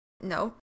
no